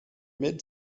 mid